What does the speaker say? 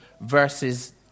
versus